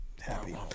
happy